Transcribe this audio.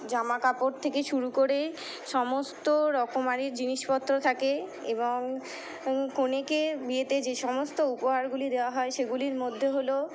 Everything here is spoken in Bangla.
জামা কাপড় থেকে শুরু করেই সমস্ত রকমারই জিনিসপত্র থাকে এবং কোনেকে বিয়েতে যে সমস্ত উপহারগুলি দেওয়া হয় সেগুলির মধ্যে হলো